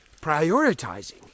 prioritizing